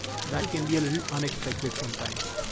so that can be a little unexpected sometimes.